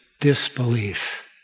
disbelief